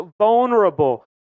vulnerable